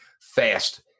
fast